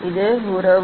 இது உறவு